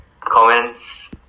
comments